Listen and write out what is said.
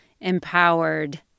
empowered